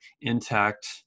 intact